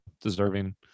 deserving